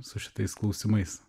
su šitais klausimais